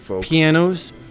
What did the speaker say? pianos